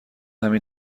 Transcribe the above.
همین